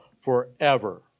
Forever